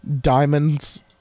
diamonds